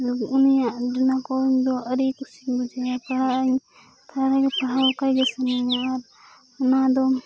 ᱩᱱᱤᱭᱟᱜ ᱚᱱᱟᱠᱚ ᱚᱞᱫᱚ ᱟᱹᱰᱤ ᱠᱩᱥᱤᱧ ᱵᱩᱡᱷᱟᱹᱣᱟ ᱯᱟᱲᱦᱟᱜᱼᱟᱹᱧ ᱯᱟᱲᱦᱟᱣ ᱟᱠᱟᱫᱜᱮ ᱥᱟᱱᱟᱧᱟᱹ ᱟᱨ ᱚᱱᱟ ᱫᱚ